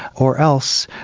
or else.